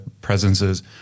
presences